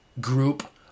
group